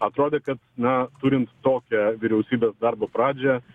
atrodė kad na turint tokią vyriausybės darbo pradžią